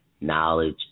knowledge